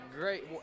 great